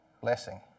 blessing